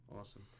Awesome